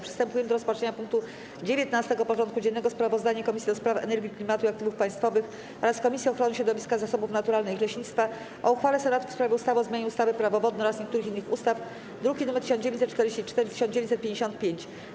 Przystępujemy do rozpatrzenia punktu 19. porządku dziennego: Sprawozdanie Komisji do Spraw Energii, Klimatu i Aktywów Państwowych oraz Komisji Ochrony Środowiska, Zasobów Naturalnych i Leśnictwa o uchwale Senatu w sprawie ustawy o zmianie ustawy - Prawo wodne oraz niektórych innych ustaw (druki nr 1944 i 1955)